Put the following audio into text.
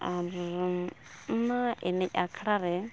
ᱟᱨ ᱚᱱᱟ ᱮᱱᱮᱡ ᱟᱠᱷᱲᱟᱨᱮ